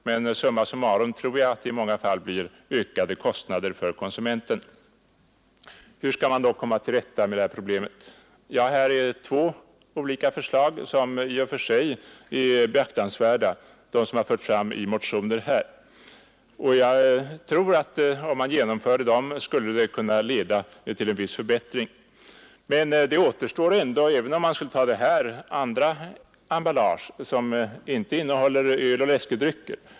Men summa summarum tror jag att engångsemballagen i många fall resulterar i ökade kostnader för konsumenten. Här föreligger nu i dag två motionsledes framförda förslag som i och för sig är behjärtansvärda. Om man genomförde dessa förslag skulle det säkert leda till en viss förbättring. Men vi skulle ändå ha kvar problemet med andra emballage än för öl och läskedrycker.